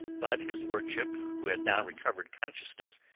but his lordship, who had now recovered consciousness,